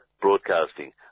broadcasting